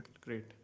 great